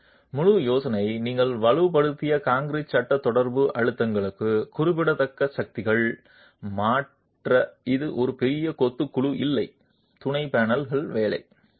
ஆனால்முழு யோசனை நீங்கள் வலுப்படுத்தியது கான்கிரீட் சட்ட தொடர்பு அழுத்தங்களுக்கு குறிப்பிடத்தக்க சக்திகள் மாற்ற இது பெரிய கொத்து குழு இல்லை துணை பேனல்கள் வேலை